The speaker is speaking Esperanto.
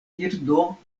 birdo